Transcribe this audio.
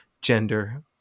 gender